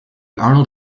arnold